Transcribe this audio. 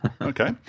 Okay